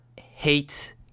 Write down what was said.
hate